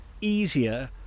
easier